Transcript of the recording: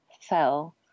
fell